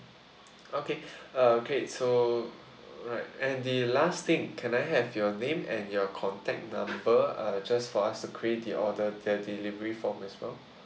okay uh okay so alright and the last thing can I have your name and your contact number uh just for us to create the order the delivery form as well